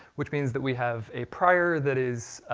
which means that we have a prior that is.